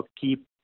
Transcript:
keep